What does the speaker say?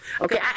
Okay